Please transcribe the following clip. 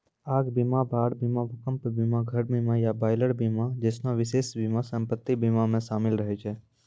आग बीमा, बाढ़ बीमा, भूकंप बीमा, घर बीमा या बॉयलर बीमा जैसनो विशेष बीमा सम्पति बीमा मे शामिल रहै छै